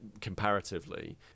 comparatively